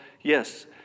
yes